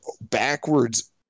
backwards